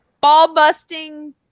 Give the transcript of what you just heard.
ball-busting